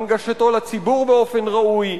הנגשתו לציבור באופן ראוי,